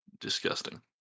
Disgusting